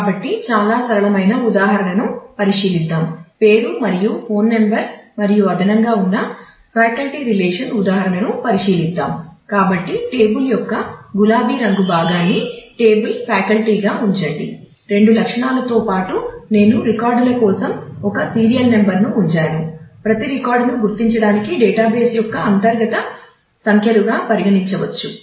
కాబట్టి చాలా సరళమైన ఉదాహరణను పరిశీలిద్దాం పేరు యొక్క అంతర్గత సంఖ్యలుగా పరిగణించవచ్చు